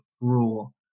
rule